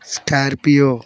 scorpio